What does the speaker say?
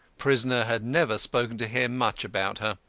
prisoner had never spoken to him much about her.